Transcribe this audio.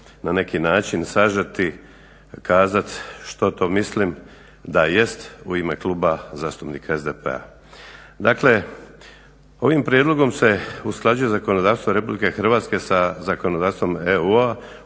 na neki način sažeti, kazati što to mislim da jest u ime Kluba zastupnika SDP-a. Dakle ovim prijedlogom se usklađuje zakonodavstvo RH sa zakonodavstvom EU